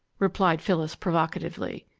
replied phyllis, provocatively.